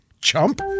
chump